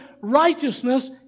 righteousness